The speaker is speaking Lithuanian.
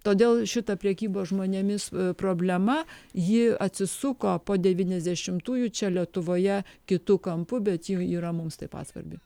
todėl šita prekybos žmonėmis problema ji atsisuko po devyniasdešimtųjų čia lietuvoje kitu kampu bet ji yra mums taip pat svarbi